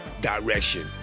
direction